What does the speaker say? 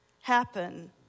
happen